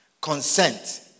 consent